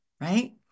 right